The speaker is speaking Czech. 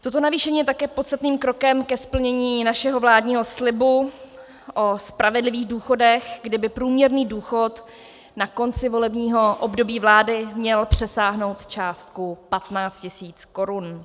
Toto navýšení je také podstatným krokem ke splnění našeho vládního slibu o spravedlivých důchodech, kdy by průměrný důchod na konci volebního období vlády měl přesáhnout částku 15 000 korun.